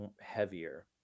heavier